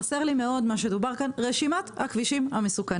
חסרה לי מאוד רשימת הכבישים המסוכנים.